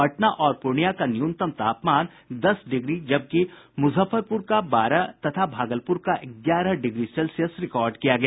पटना और पूर्णियां का न्यूनतम तापमान दस डिग्री जबकि मूजफ्फरपूर का बारह तथा भागलपूर का ग्यारह डिग्री सेल्सियस रिकॉर्ड किया गया